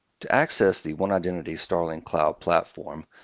to access the one identity starling cloud platform,